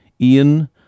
Ian